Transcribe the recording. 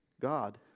God